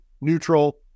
neutral